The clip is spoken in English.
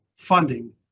funding